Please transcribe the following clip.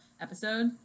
episode